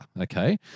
okay